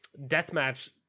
deathmatch